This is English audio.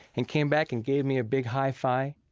and came back and gave me a big high-five.